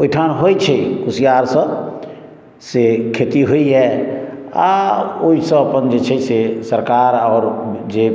ओहिठाम होइ छै कुशियार सभ से खेती होइया आ ओहिसँ अपन जे छै सरकार आओर जे